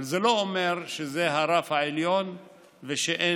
אבל זה לא אומר שזה הרף העליון ושאי-אפשר